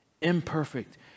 Imperfect